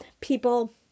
people